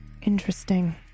Interesting